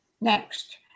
Next